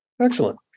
Excellent